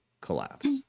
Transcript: collapse